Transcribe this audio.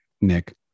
nick